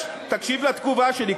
תקשיב לתגובה שלי,